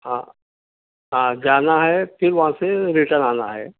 ہاں ہاں جانا ہے پھر وہاں سے ریٹرن آنا ہے